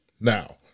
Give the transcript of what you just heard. Now